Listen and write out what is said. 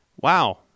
Wow